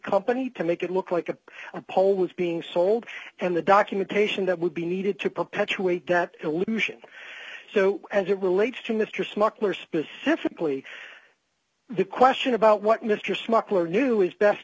company to make it look like the pole was being sold and the documentation that would be needed to perpetuate that illusion so as it relates to mr smuggler specifically the question about what mr smuggler knew is best